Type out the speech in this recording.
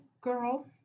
girl